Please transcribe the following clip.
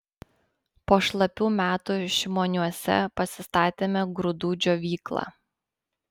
po šlapių metų šimoniuose pasistatėme grūdų džiovyklą